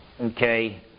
okay